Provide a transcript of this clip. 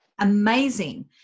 amazing